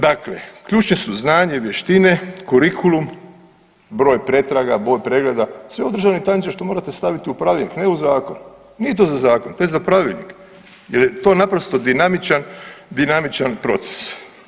Dakle, ključni su znanje i vještine, kurikulum, broj pretraga, broj pregleda, sve ovo državni tajniče što morate staviti u pravilnik, ne u zakon, nije to za zakon, to je za pravilnik jer je to naprosto dinamičan proces.